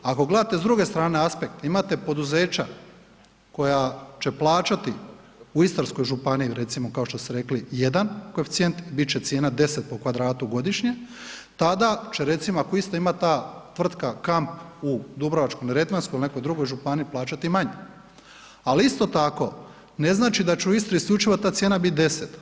Ako gledate s druge strane aspekt, imate poduzeća koja će plaćati u Istarskoj županiji, recimo, kao što ste rekli jedan koeficijent, bit će cijena 10 po kvadratu godišnje, tada će, recimo, ako isto ima ta tvrtka Kamp u Dubrovačko-neretvanskoj ili nekoj drugoj županiji, plaćati manje, ali isto tako, ne znači da će u Istri isključivo ta cijena biti 10.